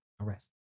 arrest